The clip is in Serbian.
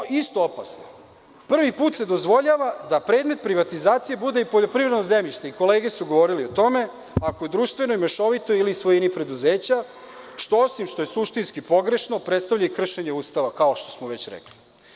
Ono što je isto opasno – prvi put se dozvoljava da predmet privatizacije bude i poljoprivredno zemljište, kolege su govorile o tome, ako je društveno, mešovito ili u svojini preduzeća, što osim što je suštinski pogrešno, predstavlja i kršenje Ustava, kao što smo već rekli.